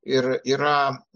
ir yra